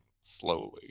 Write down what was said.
slowly